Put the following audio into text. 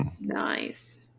Nice